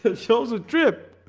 but shows a trip